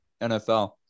NFL